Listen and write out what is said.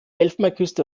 elfenbeinküste